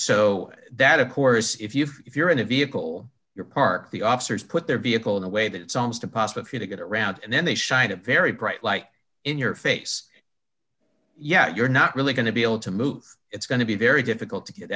so that of course if you if you're in a vehicle you're park the officers put their vehicle in a way that it's almost impossible for you to get around and then they shine a very bright light in your face yet you're not really going to be able to move it's going to be very difficult to get